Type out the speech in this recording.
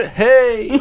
hey